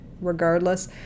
regardless